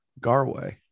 garway